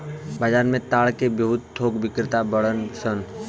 बाजार में ताड़ के बहुत थोक बिक्रेता बाड़न सन